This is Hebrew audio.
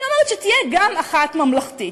היא אומרת שתהיה גם אחת ממלכתית.